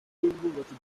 by’ubwubatsi